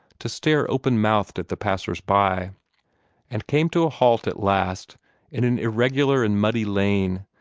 to stare open-mouthed at the passers-by and came to a halt at last in an irregular and muddy lane,